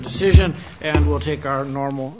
decision and will take our normal